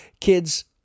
Kids